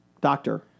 Doctor